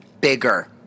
bigger